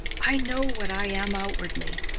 i know what i am outwardly,